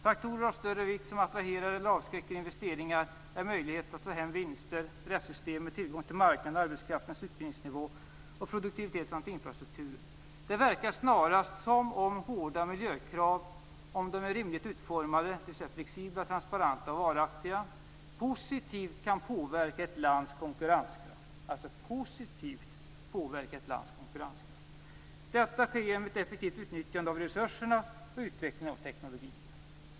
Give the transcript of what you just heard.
Faktorer av större vikt, som attraherar eller avskräcker investeringar, är möjlighet att ta hem vinster, rättssystemet, tillgång till marknaden, arbetskraftens utbildningsnivå och produktivitet samt infrastrukturen. Det verkar snarast som om hårda miljökrav, om de är rimligt utformade , positivt kan påverka ett lands konkurrenskraft. Detta sker genom ett effektivt utnyttjande av resurserna och utveckling av teknologin."